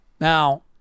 Now